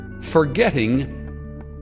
Forgetting